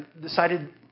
decided